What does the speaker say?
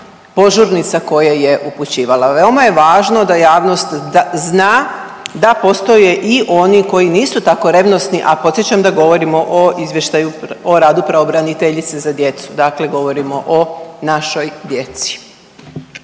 požurnice koje je upućivala. Veoma je važno da javnost zna da postoje i oni koji nisu tako revnosni, a podsjećam da govorimo o izvještaju o radu pravobraniteljice za djecu, dakle govorimo o našoj djeci.